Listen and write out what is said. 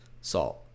salt